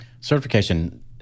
Certification